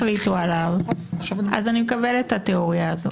אז אני מקבלת את התיאוריה הזאת.